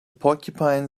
porcupine